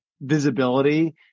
visibility